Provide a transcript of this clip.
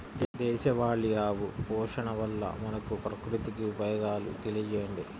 దేశవాళీ ఆవు పోషణ వల్ల మనకు, ప్రకృతికి ఉపయోగాలు తెలియచేయండి?